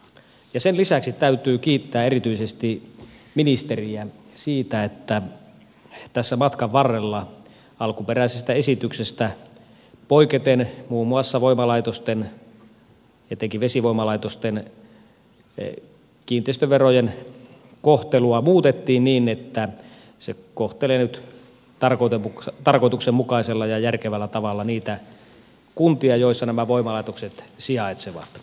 ja sen lisäksi täytyy kiittää erityisesti ministeriä siitä että tässä matkan varrella alkuperäisestä esityksestä poiketen muun muassa voimalaitosten etenkin vesivoimalaitosten kiinteistöveron kohtelua muutettiin niin että se kohtelee nyt tarkoituksenmukaisella ja järkevällä tavalla niitä kuntia joissa nämä voimalaitokset sijaitsevat